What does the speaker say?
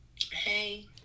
Hey